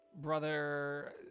brother